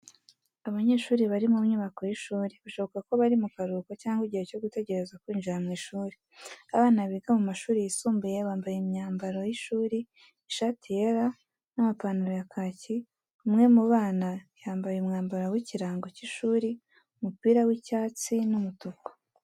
Abanyeshuri bari mu nyubako y’ishuri, bishoboka ko bari mu karuhuko cyangwa igihe cyo gutegereza kwinjira mu ishuri. Abana biga mu mashuri yisumbuye bambaye imyambaro y’ishuri ishati yera n’amapantaro y’kaki Umwe mu bana yambaye umwambaro w’ikirango cy’ishuri umupira w’icyatsi n’umutuku.